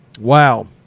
Wow